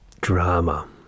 drama